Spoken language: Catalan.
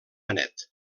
benet